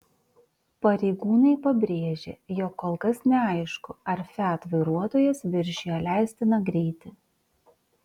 pareigūnai pabrėžė jog kol kas neaišku ar fiat vairuotojas viršijo leistiną greitį